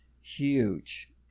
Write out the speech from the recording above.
huge